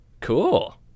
Cool